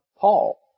Paul